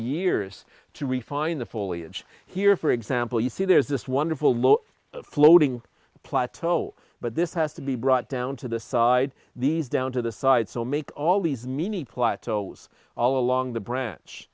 years to refine the foliage here for example you see there's this wonderful low floating plateau but this has to be brought down to the side these down to the side so make all these mini plateaus all along the branch